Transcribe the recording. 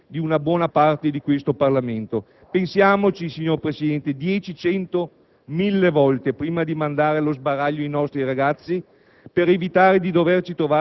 pensarci bene, signor Presidente, pensarci dieci, cento, mille volte (parafrasando un'affermazione dei pacifisti *no global*,